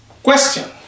Question